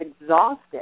exhausted